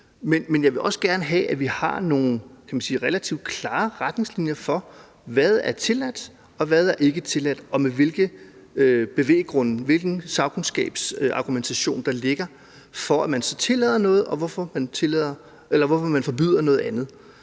men jeg vil også gerne have, at vi har nogle, kan man sige, relativt klare retningslinjer for, hvad der er tilladt, hvad der ikke er tilladt, og hvilke bevæggrunde, hvilken sagkundskabs argumentation, der ligger bag, at man så tillader noget og forbyder noget andet.